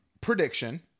prediction